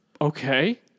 Okay